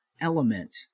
element